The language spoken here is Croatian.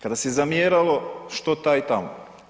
Kada se zamjeralo što taj i tamo.